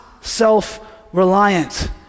self-reliant